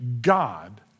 God